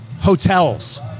hotels